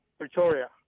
Victoria